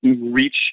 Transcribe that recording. reach